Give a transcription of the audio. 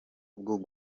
bwo